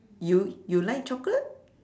you you like chocolate